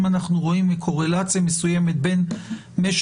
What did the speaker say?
אם אנחנו רואים קורלציה מסוימת בין משך